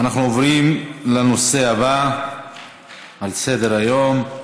אנחנו עוברים לנושא הבא שעל סדר-היום,